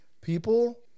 people